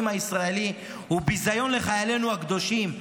הישראלי הוא ביזיון לחיילינו הקדושים,